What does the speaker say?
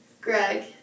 Greg